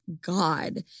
God